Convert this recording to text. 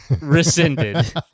rescinded